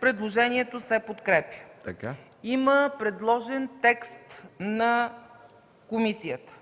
предложението се подкрепя. Има предложен текст на комисията,